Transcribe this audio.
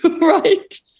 Right